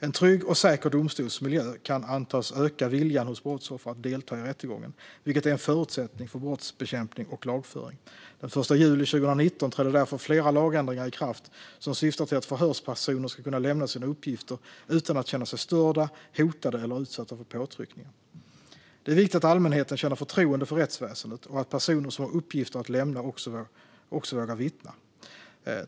En trygg och säker domstolsmiljö kan antas öka viljan hos brottsoffer att delta i rättegången, vilket är en förutsättning för brottsbekämpning och lagföring. Den 1 juli 2019 trädde därför flera lagändringar i kraft som syftar till att förhörspersoner ska kunna lämna sina uppgifter utan att känna sig störda, hotade eller utsatta för påtryckningar. Det är viktigt att allmänheten känner förtroende för rättsväsendet och att personer som har uppgifter att lämna också vågar vittna.